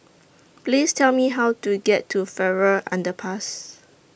Please Tell Me How to get to Farrer Underpass